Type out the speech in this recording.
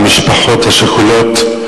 והמשפחות השכולות.